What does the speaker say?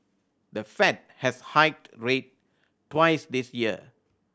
the Fed has hiked rate twice this year